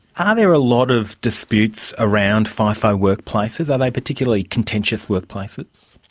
are there a lot of disputes around fifo workplaces? are they particularly contentious workplaces?